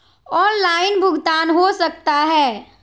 Online भुगतान हो सकता है?